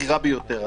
הבכירה ביותר,